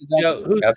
Joe